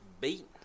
beat